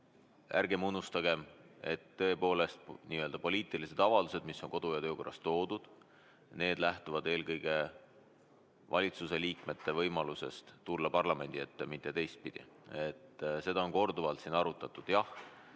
ärgem unustagem, et tõepoolest nii-öelda poliitilised avaldused, mis on kodu- ja töökorras toodud, lähtuvad eelkõige valitsuse liikmete võimalusest tulla parlamendi ette, mitte teistpidi. Seda on korduvalt arutatud.